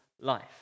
life